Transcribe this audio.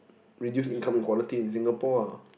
reduce income inequality in Singapore ah